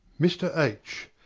mr. h,